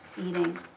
eating